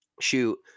shoot